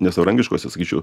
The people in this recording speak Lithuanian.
nesavarankiškose sakyčiau